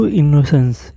innocence